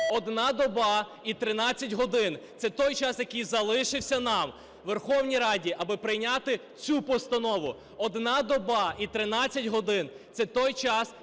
одна доба і 13 годин – це той час, який залишився нам, Верховній Раді, аби прийняти цю постанову. Одна доба і 13 годин – це той час,